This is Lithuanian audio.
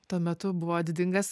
tuo metu buvo didingas